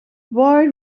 boy